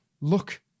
Look